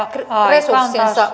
resurssinsa